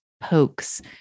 pokes